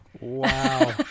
Wow